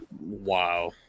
Wow